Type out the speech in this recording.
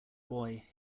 boy